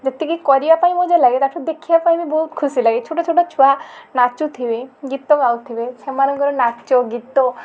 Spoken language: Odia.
ଯେତିକି କରିବା ପାଇଁ ମଜା ଲାଗେ ତା'ଠୁ ଦେଖିବା ପାଇଁ ବହୁତ ଖୁସି ଲାଗେ ଛୋଟ ଛୋଟ ଛୁଆ ନାଚୁଥିବେ ଗୀତ ଗାଉଥିବେ ସେମାନଙ୍କର ନାଚ ଗୀତ